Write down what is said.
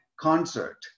concert